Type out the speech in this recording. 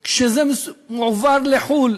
כשזה מועבר לחו"ל,